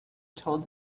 told